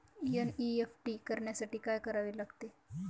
NEFT करण्यासाठी काय करावे लागते?